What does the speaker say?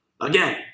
Again